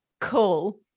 cool